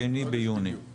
ב-2 ביוני.